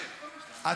לא.